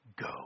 go